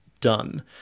done